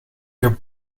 your